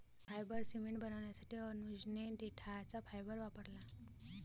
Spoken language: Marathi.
फायबर सिमेंट बनवण्यासाठी अनुजने देठाचा फायबर वापरला